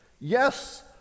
Yes